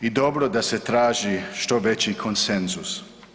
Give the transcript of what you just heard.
I dobro da se traži što veći konsenzus.